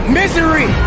misery